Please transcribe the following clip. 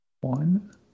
One